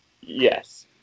Yes